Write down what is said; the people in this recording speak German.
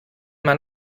man